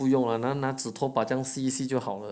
不用啦拿拿拖把吸一吸就好了